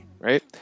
right